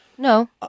No